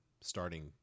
starting